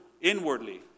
inwardly